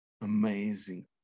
amazing